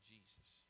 Jesus